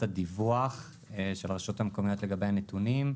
הדיווח של רשויות מקומיות לגבי הנתונים.